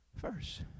first